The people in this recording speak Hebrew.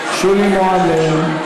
שולי מועלם.